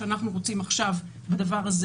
ואנחנו רוצים להילחם בזה.